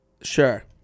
Sure